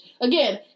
again